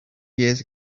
years